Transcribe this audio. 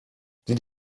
die